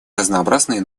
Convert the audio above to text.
разнообразные